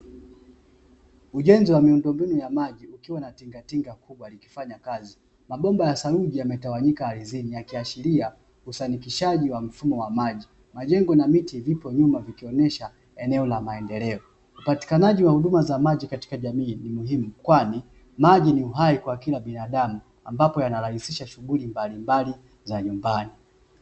Ujenzi wa miundombinu ya maji kukiwa na tingatinga kubwa likifanya kazi, mabomba ya saruji yametawanyika ardhini, yakiashiria ufanikishaji wa mfumo wa maji. Majengo na miti vipo nyuma vikionyesha eneo la maendeleo. Upatikanaji wa huduma za maji katika jamii ni muhimu, kwani maji ni uhai kwa kila binadamu, ambapo yanarahisisha shughuli mbalimbali za nyumbani.